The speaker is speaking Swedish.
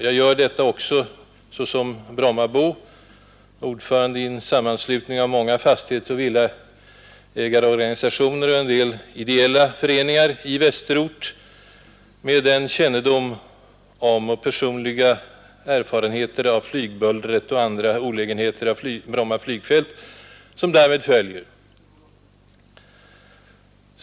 Jag gör det också som Brommabo och ordförande i en sammanslutning av många fastighetsoch villaägarorganisationer och en del ideella föreningar i Västerort och med den kännedom om och personliga erfarenhet av flygbuller och andra olägenheter av Bromma flygfält som därmed följer.